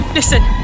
Listen